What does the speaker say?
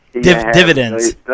Dividends